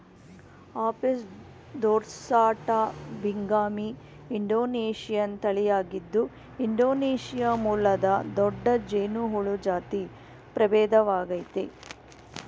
Apis dorsata binghami Indonesian ತಳಿಯಾಗಿದ್ದು Indonesia ಮೂಲದ ದೊಡ್ಡ ಜೇನುಹುಳ ಜಾತಿ ಪ್ರಭೇದವಾಗಯ್ತೆ